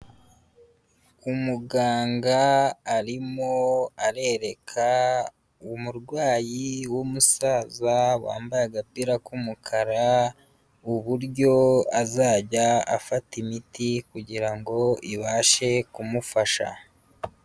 Umuganga arimo arereka umurwayi w'umusaza wambaye agapira k'umukara, uburyo azajya afata imiti kugira ngo ibashe kumufasha.